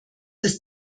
des